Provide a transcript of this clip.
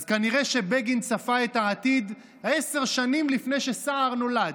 אז נראה שבגין צפה את העתיד עשר שנים לפני שסער נולד,